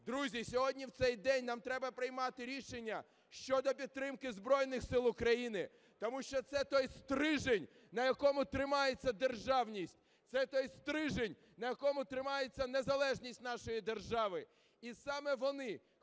Друзі, сьогодні, в цей день, нам треба приймати рішення щодо підтримки Збройних Сил України, тому що це той стрижень, на якому тримається державність, це той стрижень, на якому тримається незалежність нашої держави. І саме вони,